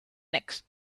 next